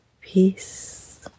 peace